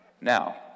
Now